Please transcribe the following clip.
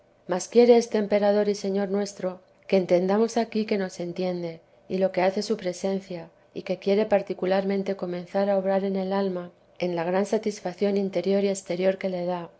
mas quiere este emperador y señor nuestro que entendamos aquí que nos entiende y lo que hace su presencia y que quiere particularmente comenzar a obrar en el alma en la gran satisfacción interior y exterior que le da